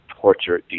torture